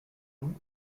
nom